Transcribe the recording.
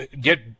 get